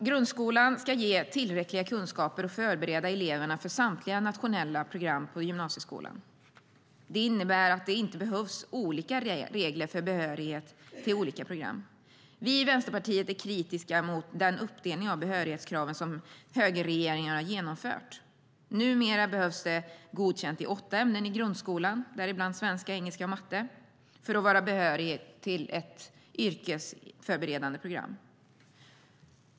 Grundskolan ska ge tillräckliga kunskaper och förbereda eleverna för samtliga nationella program på gymnasieskolan. Det innebär att det inte behövs olika regler för behörighet till olika program. Vi i Vänsterpartiet är kritiska mot den uppdelning av behörighetskraven som högerregeringen genomfört. Numera behövs det godkänt i åtta ämnen i grundskolan - däribland svenska, engelska och matte - för att vara behörig till ett yrkesförberedande program.